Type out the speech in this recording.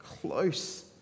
close